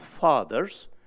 Fathers